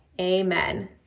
Amen